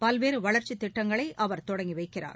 பல்வேறு வளர்ச்சி திட்டங்களை அவர் தொடங்கி வைக்கிறார்